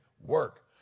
work